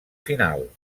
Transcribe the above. final